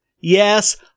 Yes